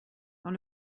dans